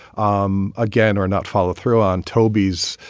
um again or not follow through on tobey's,